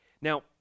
Now